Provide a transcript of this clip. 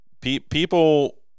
people